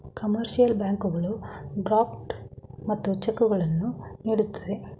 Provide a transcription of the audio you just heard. commercial ಬ್ಯಾಂಕುಗಳು draft ಮತ್ತು ಚೆಕ್ಕುಗಳನ್ನು ನೀಡುತ್ತದೆ